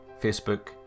Facebook